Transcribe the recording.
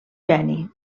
geni